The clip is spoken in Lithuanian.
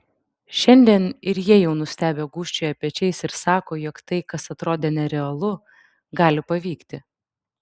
šiandien ir jie jau nustebę gūžčioja pečiais ir sako jog tai kas atrodė nerealu gali pavykti